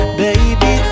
baby